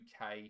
UK